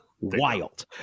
wild